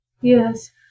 Yes